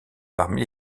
parmi